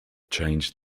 changed